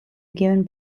given